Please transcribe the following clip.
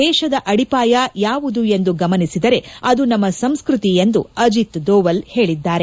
ದೇತದ ಅಡಿಪಾಯ ಯಾವುದು ಎಂದು ಗಮನಿಸಿದರೆ ಅದು ನಮ್ಮ ಸಂಸ್ಕೃತಿ ಎಂದು ಅಜಿತ್ ದೋವಲ್ ಹೇಳಿದ್ದಾರೆ